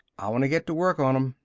i wanna get to work on em.